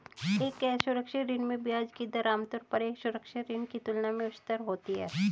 एक असुरक्षित ऋण में ब्याज की दर आमतौर पर एक सुरक्षित ऋण की तुलना में उच्चतर होती है?